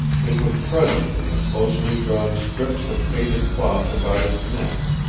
it was present in the closely drawn strips of faded cloth about his neck.